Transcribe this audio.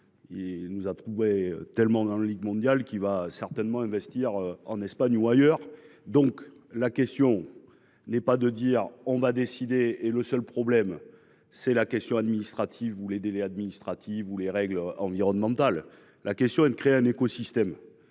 Il nous a trouvé tellement dans la Ligue mondiale qui va certainement investir en Espagne ou ailleurs. Donc la question. N'est pas de dire on va décider et le seul problème c'est la question administrative ou les délais administratifs ou les règles environnementales. La question est de créer un écosystème.